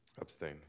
Abstain